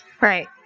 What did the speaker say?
right